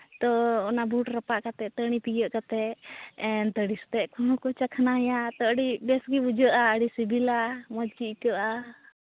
ᱛᱳ ᱚᱱᱟ ᱵᱷᱩᱴ ᱨᱟᱯᱟᱜ ᱠᱟᱛᱮᱫ ᱛᱟᱹᱲᱤ ᱛᱤᱭᱳᱜ ᱠᱟᱛᱮᱫ ᱫᱟᱨᱮ ᱥᱩᱫᱷᱟᱹᱜ ᱮᱠᱷᱚᱱᱳᱠᱚ ᱪᱟᱠᱷᱱᱟᱭᱟ ᱛᱳ ᱟᱹᱰᱤ ᱵᱮᱥ ᱜᱮ ᱵᱩᱡᱷᱟᱹᱜᱼᱟ ᱟᱹᱰᱤ ᱥᱤᱵᱤᱞᱟ ᱢᱚᱡᱽ ᱜᱮ ᱟᱹᱭᱠᱟᱹᱜᱼᱟ